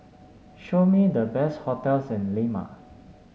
show me the best hotels in Lima